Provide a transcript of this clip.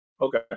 Okay